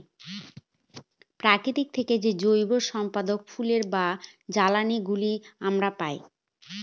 প্রকৃতি থেকে জৈব সম্পদ ফুয়েল বা জ্বালানি এগুলো আমরা পায়